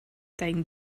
dein